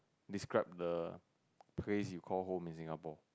describe the place you call home in Singapore